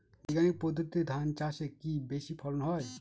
বৈজ্ঞানিক পদ্ধতিতে ধান চাষে কি বেশী ফলন হয়?